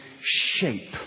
shape